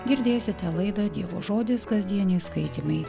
girdėsite laidą dievo žodis kasdieniai skaitymai